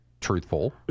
truthful